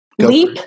Leap